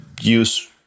use